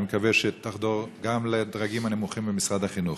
אני מקווה שתחדור גם לדרגים הנמוכים במשרד החינוך.